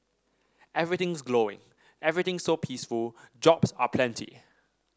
everything's glowing everything's so peaceful jobs are plenty